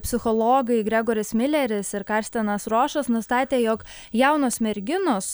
psichologai gregoris mileris ir karstenas rošas nustatė jog jaunos merginos